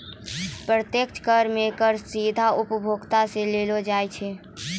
प्रत्यक्ष कर मे कर सीधा उपभोक्ता सं लेलो जाय छै